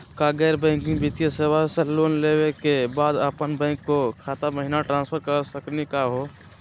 का गैर बैंकिंग वित्तीय सेवाएं स लोन लेवै के बाद अपन बैंको के खाता महिना ट्रांसफर कर सकनी का हो?